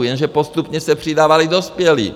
Jenže postupně se přidávali dospělí.